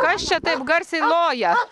kas čia taip garsiai loja